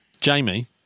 Jamie